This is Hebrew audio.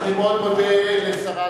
אני מאוד מודה לשרה.